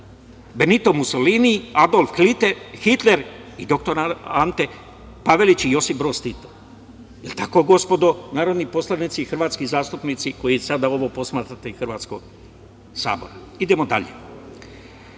Benito Musolini, Adolf Hitler i doktor Ante Pavelić i Josip Broz Tito. El tako, gospodino, narodni poslanici, hrvatski zastupnici koji sada ovo posmatrate iz Hrvatskog sabora. Idemo dalje.